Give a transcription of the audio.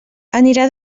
anirà